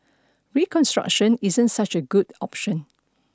reconstruction isn't such a good option